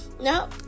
No